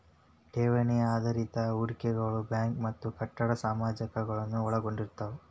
ಠೇವಣಿ ಆಧಾರಿತ ಹೂಡಿಕೆಗಳು ಬ್ಯಾಂಕ್ ಮತ್ತ ಕಟ್ಟಡ ಸಮಾಜಗಳನ್ನ ಒಳಗೊಂಡಿರ್ತವ